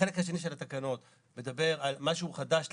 החלק השני של התקנות מדבר על משהו חדש לשוק.